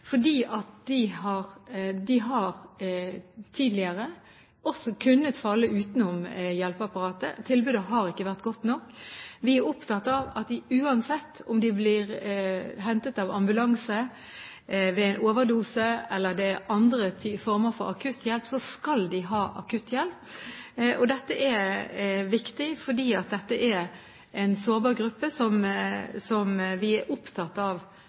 fordi de tidligere også har falt utenom hjelpeapparatet. Tilbudet har ikke vært godt nok. Vi er opptatt av at uansett om de blir hentet av ambulanse ved en overdose, eller det gjelder andre former for akutthjelp, så skal de få akutthjelp. Dette er viktig, for dette er en sårbar gruppe som vi er opptatt av